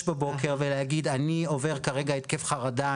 שש בבוקר ולהגיד "..אני חווה התקף חרדה,